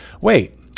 wait